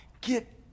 Get